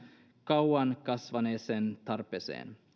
kauan kasvaneeseen tarpeeseen